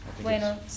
Bueno